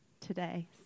today